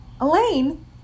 Elaine